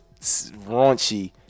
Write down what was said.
raunchy